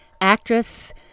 actress